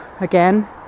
again